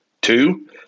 Two